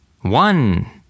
One